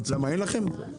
למה אין לכם?